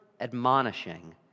admonishing